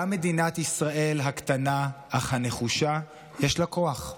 גם למדינת ישראל הקטנה אך הנחושה יש כוח.